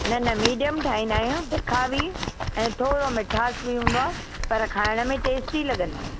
न न मीडियम ठाहींदा आहियूं तिखा बि ऐं थोरो मिठासि बि हूंदो आहे पर खाइण में टेस्टी लॻंदा आहिनि